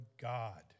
God